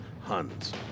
Huns